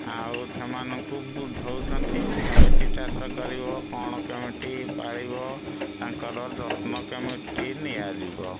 ଆଉ ସେମାନଙ୍କୁ ବୁଝାଉଛନ୍ତି କେମିତି ଚାଷ କରିବ କ'ଣ କେମିତି ପାଳିବ ତାଙ୍କର ଯତ୍ନ କେମିତି ନିଆଯିବ